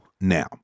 Now